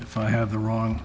if i have the wrong